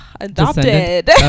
adopted